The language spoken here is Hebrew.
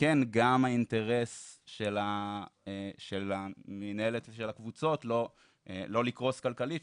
גם האינטרס של מנהלת של הקבוצות לא לקרוס כלכלית,